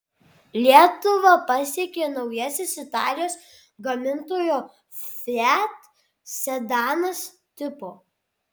lietuvą pasiekė naujasis italijos gamintojo fiat sedanas tipo